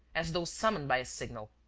as though summoned by a signal.